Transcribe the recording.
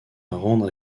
rendre